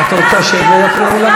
את רוצה שהם לא יפריעו לך?